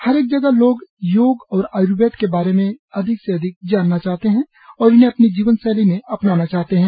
हरेक जगह लोग योग और आय्र्वेद के बारे में लोग अधिक से अधिक जानना चाहते हैं और इन्हें अपनी जीवन शैली में अपनाना चाहते हैं